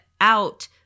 out